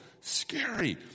scary